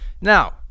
Now